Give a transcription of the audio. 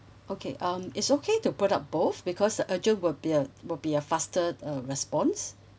okay um it's okay to put up both because a urgent will be uh will be a faster uh response